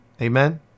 Amen